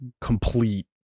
complete